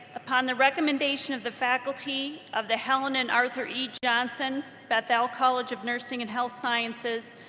upon the recommendation of the faculty of the helen and arthur e johnson bethel college of nursing and health sciences,